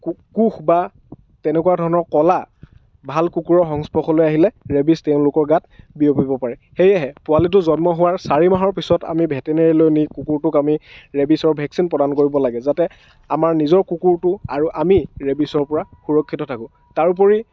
কুকুহ বা তেনেকুৱা ধৰণৰ ক'লা ভাল কুকুৰৰ সংস্পৰ্শলে আহিলে ৰেবিচ তেওঁলোকৰ গাত বিয়পিব পাৰে সেয়েহে পোৱালিটোৰ জন্ম হোৱাৰ চাৰি মাহৰ পিছত আমি ভেটেৰনেৰিলৈ নি কুকুৰটোক আমি ৰেবিচৰ ভেকচিন প্ৰদান কৰিব লাগে যাতে আমাৰ নিজৰ কুকুৰটো আৰু আমি ৰেবিচৰ পৰা সুৰক্ষিত থাকো তাৰেপৰি